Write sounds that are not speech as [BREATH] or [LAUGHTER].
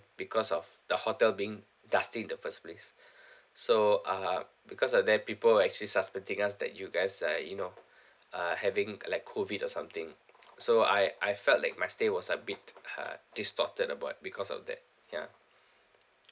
because of the hotel being dusty in the first place [BREATH] so uh because of that people were actually suspecting us that you guys are you know [BREATH] uh having a like COVID or something [NOISE] so I I felt like my stay was a bit uh distorted about because of that ya [BREATH]